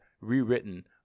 rewritten